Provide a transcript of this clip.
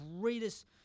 greatest